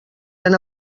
han